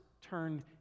turn